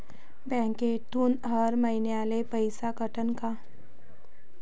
बँकेतून हर महिन्याले पैसा कटन का?